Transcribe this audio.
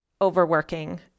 overworking